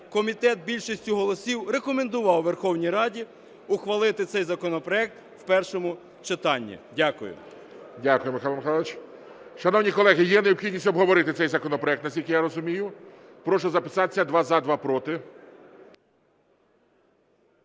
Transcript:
комітет більшістю голосів рекомендував Верховній Раді Ухвалити цей законопроект в першому читанні. Дякую. ГОЛОВУЮЧИЙ. Дякую, Михайло Михайлович. Шановні колеги, є необхідність обговорити цей законопроект, наскільки я розумію. Прошу записатись: два - за, два - проти.